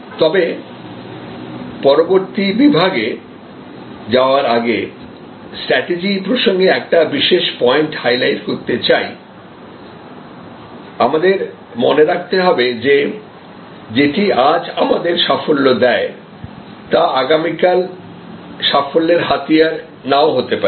তবেপরবর্তী বিভাগে যাওয়ার আগে স্ট্র্যাটেজি প্রসঙ্গে একটি বিশেষ পয়েন্ট হাইলাইট করতে চাইআমাদের মনে রাখতে হবে যে যেটি আজ আমাদের সাফল্য দেয় তা আগামীকাল সাফল্যের হাতিয়ার নাও হতে পারে